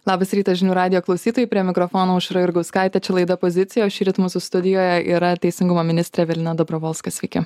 labas rytas žinių radijo klausytojai prie mikrofono aušra jurgauskaitė čia laida pozicija šįryt mūsų studijoje yra teisingumo ministrė evelina dabrovolska sveiki